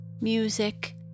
music